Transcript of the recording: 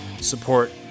support